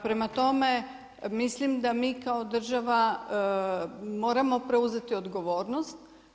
Prema tome, mislim da mi kao država moramo preuzeti odgovornost.